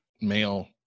male